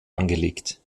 angelegt